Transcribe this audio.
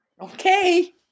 Okay